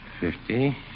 Fifty